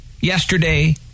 yesterday